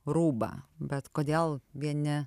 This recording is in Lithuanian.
rūbą bet kodėl vieni